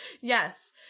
Yes